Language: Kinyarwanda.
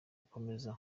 gukomereza